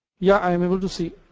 yeah, iim able to see.